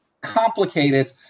complicated